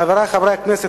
חברי חברי הכנסת,